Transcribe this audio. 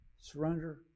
Surrender